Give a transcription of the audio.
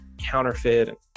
counterfeit